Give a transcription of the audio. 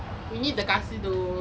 we need the kaasu : kaasu though